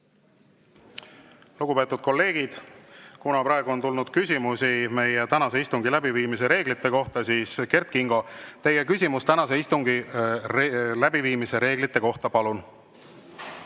Lugupeetud kolleegid, praegu on tulnud küsimusi meie tänase istungi läbiviimise reeglite kohta. Kert Kingo, teie küsimus tänase istungi läbiviimise reeglite kohta, palun!